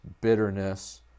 bitterness